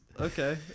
Okay